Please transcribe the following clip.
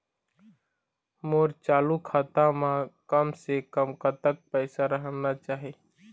मोर चालू खाता म कम से कम कतक पैसा रहना चाही?